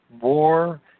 War